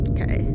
Okay